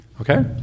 Okay